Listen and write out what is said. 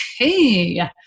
okay